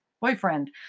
boyfriend